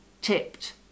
tipped